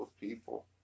people